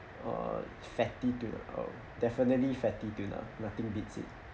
err fatty tuna uh definitely fatty tuna nothing beats it